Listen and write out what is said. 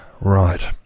Right